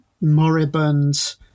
moribund